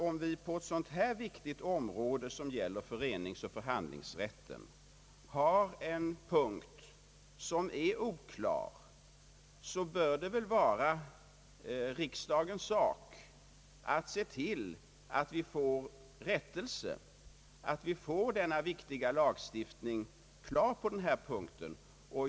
Om vi på ett så viktigt område som gäller föreningsoch förhandlingsrätten har en punkt som är oklar, skulle jag vilja dra den naturliga slutsatsen, att det bör vara riksdagens sak att se till att vi får rättelse genom en lagstiftning på denna punkt.